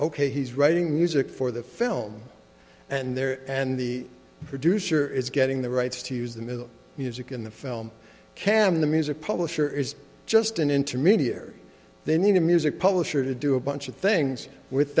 ok he's writing music for the film and there and the producer is getting the rights to use them in the music in the film cam the music publisher is just an intermediary then the music publisher to do a bunch of things with